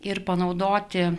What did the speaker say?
ir panaudoti